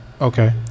Okay